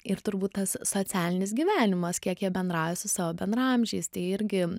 ir turbūt tas socialinis gyvenimas kiek jie bendrauja su savo bendraamžiais tai irgi